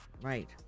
right